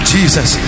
Jesus